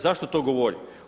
Zašto to govorim?